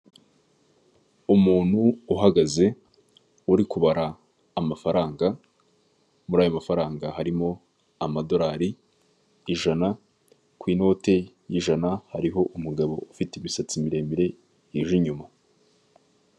Umuntu uhagaze uri kubara amafaranga muri ayo mafaranga harimo amadorari ijana, ku inoti y'ijana hariho umugabo ufite imisatsi miremire ije inyuma.